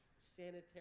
sanitary